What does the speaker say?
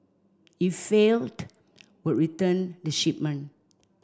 if failed would return the shipment